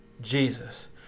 Jesus